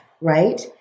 right